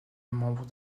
membre